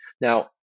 Now